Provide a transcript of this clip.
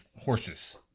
horses